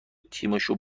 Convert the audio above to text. تیمشو